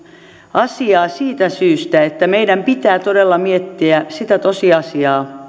asiaa siitä syystä että meidän pitää todella miettiä sitä tosiasiaa